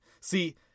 See